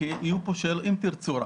לומר